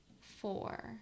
four